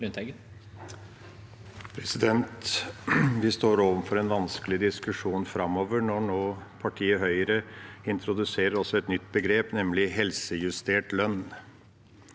Vi står overfor en vanskelig diskusjon framover når partiet Høyre nå introduserer et nytt begrep, nemlig «helsejustert lønn».